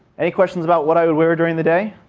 any questions about what i would wear during the day?